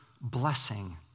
blessing